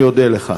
אני אודה לך.